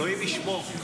אלוהים ישמור.